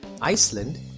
Iceland